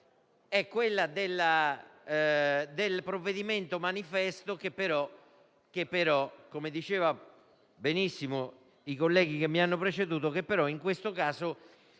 ma quella del provvedimento manifesto, che però - come dicevano benissimo i colleghi che mi hanno preceduto - in questo caso